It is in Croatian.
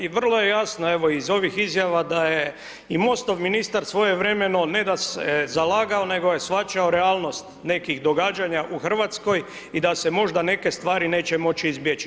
I vrlo je jasno, evo iz ovih izjava, da je i MOST-ov ministar svojevremeno ne da se zalagao, nego je shvaćao realnost nekih događanja u Hrvatskoj, i da se možda neke stvari neće moći izbjeći.